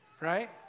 right